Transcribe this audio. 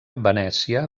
venècia